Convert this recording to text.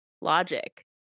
logic